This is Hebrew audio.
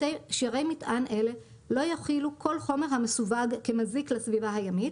שיירי מטען אלה לא יכילו כל חומר המסווג כמזיק לסביבה הימית,